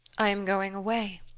i am going away.